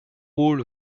rôles